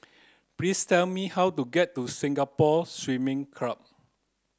please tell me how to get to Singapore Swimming Club